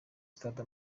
sitade